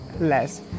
less